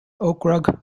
okrug